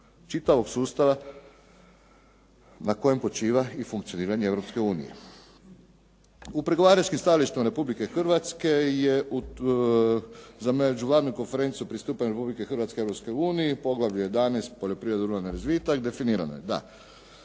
čitavog sustava na kojem počiva i funkcioniranje Europske unije. U pregovaračkim stajalištima Republike Hrvatske je za Međuvladinu konferenciju o pristupanju Republike Hrvatske Europskoj uniji, poglavlje 11. – Poljoprivreda, ruralni razvitak definirano je da